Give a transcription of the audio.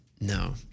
no